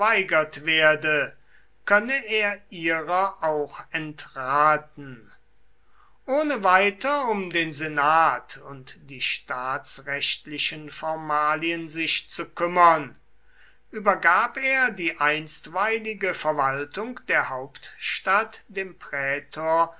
werde könne er ihrer auch entraten ohne weiter um den senat und die staatsrechtlichen formalien sich zu kümmern übergab er die einstweilige verwaltung der hauptstadt dem prätor